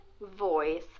voice